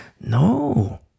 No